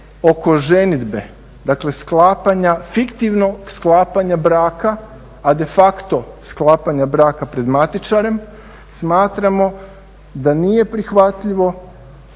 oko ženidbe, dakle sklapanja, fiktivnog sklapanja braka, a de facto sklapanja braka pred matičarem, smatramo da nije prihvatljivo